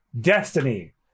destiny